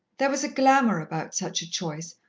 there was a glamour about such a choice,